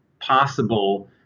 possible